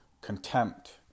contempt